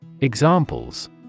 Examples